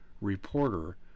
reporter